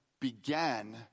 began